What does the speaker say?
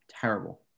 terrible